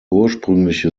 ursprüngliche